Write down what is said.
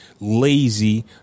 lazy